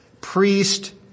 priest